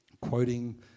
quoting